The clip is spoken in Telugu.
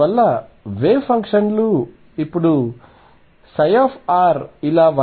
అందువలన వేవ్ ఫంక్షన్లు ఇప్పుడు ψఇలా 1Veik